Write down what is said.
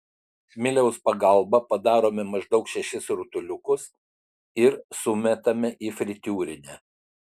smiliaus pagalba padarome maždaug šešis rutuliukus ir sumetame į fritiūrinę